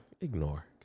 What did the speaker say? ignore